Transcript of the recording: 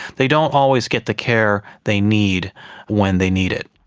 they don't always get the care they need when they need it.